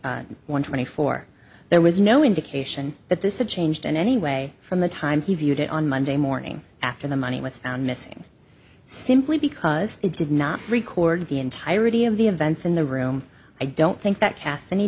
to one twenty four there was no indication that this had changed in any way from the time he viewed it on monday morning after the money was found missing simply because it did not record the entirety of the events in the room i don't think that casts any